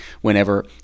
Whenever